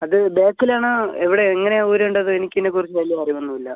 അത് ബാക്കിലാണോ എവിടെ എങ്ങനെയാ ഊരേണ്ടത് എനിക്ക് ഇതിനെ കുറിച്ച് വലിയ അറിവൊന്നും ഇല്ല